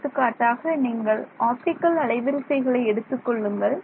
எடுத்துக்காட்டாக நீங்கள் ஆப்டிக்கல் அலைவரிசைகளை எடுத்துக்கொள்ளுங்கள்